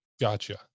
Gotcha